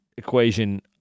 equation